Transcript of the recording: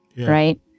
right